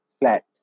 flat